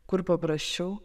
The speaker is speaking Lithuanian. kur paprasčiau